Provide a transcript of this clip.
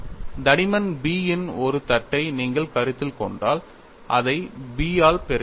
தடிமன் B இன் ஒரு தட்டை நீங்கள் கருத்தில் கொண்டால் அதை B ஆல் பெருக்க வேண்டும்